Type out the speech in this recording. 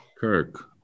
Kirk